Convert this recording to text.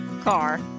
car